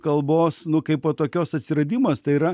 kalbos nu kaipo tokios atsiradimas tai yra